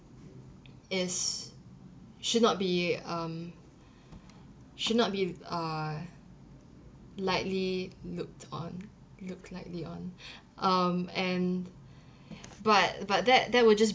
is should not be um should not be uh likely looked on looked lightly on um and but but that that was just